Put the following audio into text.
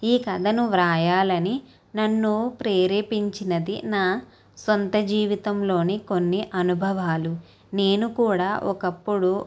ఈ కథను వ్రాయాలని నన్ను ప్రేరేపించినది నా సొంత జీవితంలోని కొన్ని అనుభవాలు నేను కూడా ఒకప్పుడు